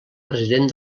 president